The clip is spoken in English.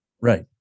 Right